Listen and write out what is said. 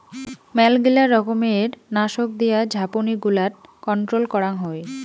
মেলগিলা রকমের নাশক দিয়া ঝাপনি গুলাট কন্ট্রোল করাং হই